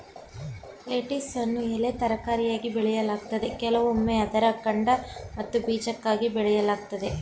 ಲೆಟಿಸನ್ನು ಎಲೆ ತರಕಾರಿಯಾಗಿ ಬೆಳೆಯಲಾಗ್ತದೆ ಕೆಲವೊಮ್ಮೆ ಅದರ ಕಾಂಡ ಮತ್ತು ಬೀಜಕ್ಕಾಗಿ ಬೆಳೆಯಲಾಗ್ತದೆ